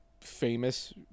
famous